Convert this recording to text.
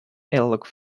airlock